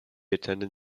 attended